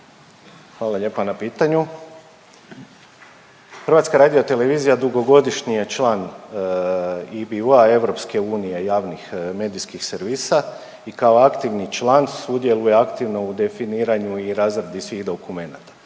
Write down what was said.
Hvala lijepa na pitanju. HRT dugogodišnji je član IBU-a EU javnih medijskih servisa i kao aktivni član sudjeluje aktivno u definiranju i razradi svih dokumenata.